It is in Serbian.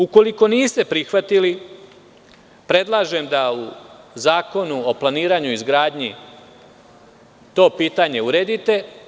Ukoliko niste prihvatili predlažem da u Zakonu o planiranju i izgradnji to pitanje uredite.